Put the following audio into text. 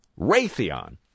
Raytheon